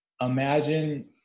imagine